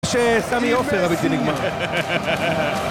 שסמי עופר הבלתי נגמר